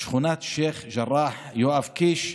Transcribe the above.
שכונת שייח' ג'ראח, יואב קיש,